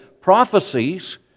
prophecies